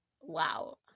wow